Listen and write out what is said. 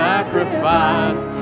Sacrifice